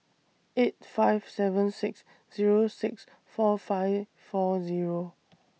eight five seven six Zero six four five four Zero